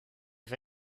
for